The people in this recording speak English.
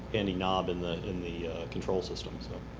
handy knob in the in the control system. so